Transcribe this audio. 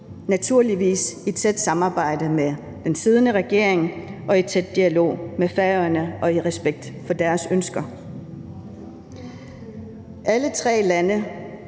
naturligvis i et tæt samarbejde med den siddende regering og i tæt dialog med Færøerne og i respekt for deres ønsker. Alle tre lande,